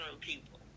people